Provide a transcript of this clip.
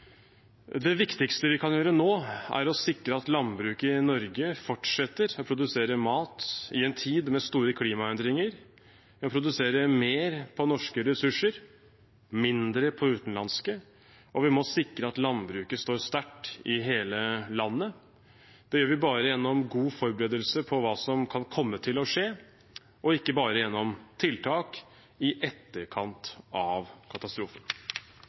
Det viktigste vi kan gjøre nå, er å sikre at landbruket i Norge fortsetter å produsere mat i en tid med store klimaendringer. Vi må produsere mer på norske ressurser og mindre på utenlandske, og vi må sikre at landbruket står sterkt i hele landet. Det gjør vi gjennom god forberedelse på hva som kan komme til å skje, og ikke bare gjennom tiltak i etterkant av katastrofen.